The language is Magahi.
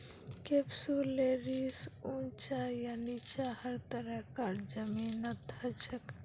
कैप्सुलैरिस ऊंचा या नीचा हर तरह कार जमीनत हछेक